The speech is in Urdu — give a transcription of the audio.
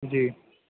جی